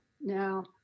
Now